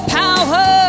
power